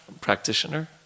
practitioner